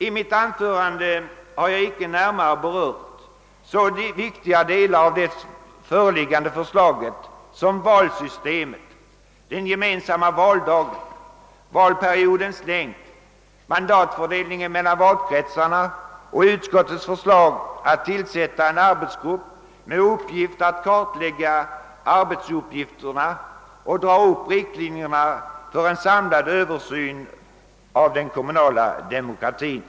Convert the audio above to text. I mitt anförande har jag icke närmare berört så viktiga delar av det föreliggande förslaget som valsystemet, den gemensamma valdagen, valperiodens längd, mandatfördelningen mellan valkretsarna och utskottets förslag att tillsätta en arbetsgrupp med uppgift att kartlägga arbetsuppgifterna och dra upp riktlinjerna för en samlad översyn av den kommunala demokratin.